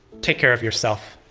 take care of yourself.